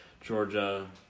Georgia